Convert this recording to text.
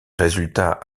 résultats